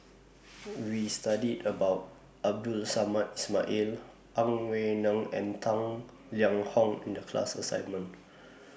We studied about Abdul Samad Ismail Ang An Wei Neng and Tang Liang Hong in The class assignment